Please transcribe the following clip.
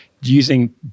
using